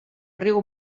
riu